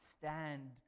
stand